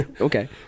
Okay